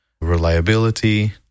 reliability